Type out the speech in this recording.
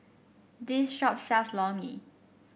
this shop sells Lor Mee